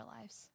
lives